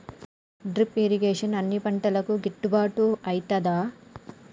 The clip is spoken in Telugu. డ్రిప్ ఇరిగేషన్ అన్ని పంటలకు గిట్టుబాటు ఐతదా?